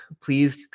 Please